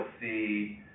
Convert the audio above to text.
see